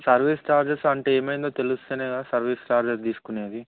service charges అంటే ఏమైందో తెలుస్తూనే కదా సర్వీస్ ఛార్జెస్ తీసుకునేది